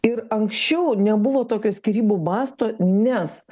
ir anksčiau nebuvo tokio skyrybų masto nes